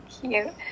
cute